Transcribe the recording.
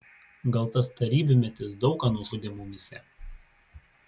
gal tas tarybmetis daug ką nužudė mumyse